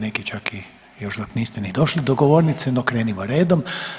Neki čak i još dok niste ni došli do govornice, no krenimo redom.